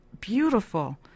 beautiful